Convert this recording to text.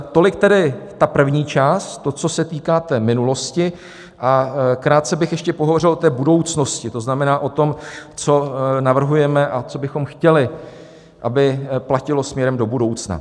Tolik tedy ta první část, to, co se týká minulosti, a krátce bych ještě pohovořil o budoucnosti, to znamená o tom, co navrhujeme a co bychom chtěli, aby platilo směrem do budoucna.